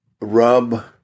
rub